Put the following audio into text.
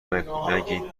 نگید